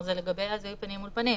זה לגבי הזיהוי פנים מול פנים.